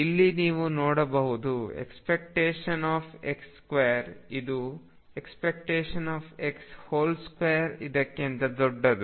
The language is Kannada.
ಇಲ್ಲಿ ನೀವು ನೋಡಬಹುದು ⟨x2⟩ಇದು ⟨x⟩2ಇದಕ್ಕಿಂತ ದೊಡ್ಡದು